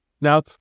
now